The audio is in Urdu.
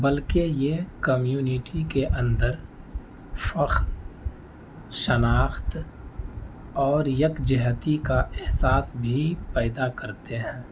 بلکہ یہ کمیونٹی کے اندر فخر شناخت اور یکجہتی کا احساس بھی پیدا کرتے ہیں